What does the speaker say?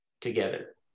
together